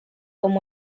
com